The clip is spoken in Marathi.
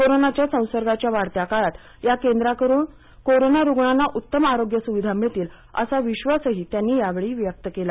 कोरोनाच्या संसर्गाच्या वाढत्या काळात या केंद्राकडून कोरोना रुग्णांना उत्तम आरोग्य सुविधा मिळतील असा विश्वासही त्यांनी यावेळी व्यक्त केला